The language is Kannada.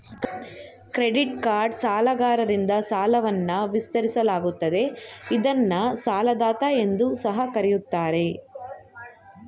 ಕ್ರೆಡಿಟ್ಕಾರ್ಡ್ ಸಾಲಗಾರರಿಂದ ಸಾಲವನ್ನ ವಿಸ್ತರಿಸಲಾಗುತ್ತದೆ ಇದ್ನ ಸಾಲದಾತ ಎಂದು ಸಹ ಕರೆಯುತ್ತಾರೆ